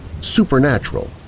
supernatural